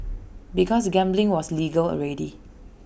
because gambling was legal already